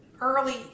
early